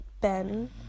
Ben